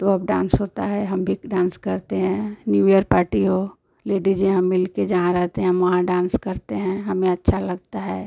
तो अब डांस होता है हम भी डांस करते हैं न्यू इयर पार्टी हो लेडीजें हम मिल के जहाँ रहते हैं हम वहाँ डांस करते हैं हमें अच्छा लगता है